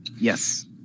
Yes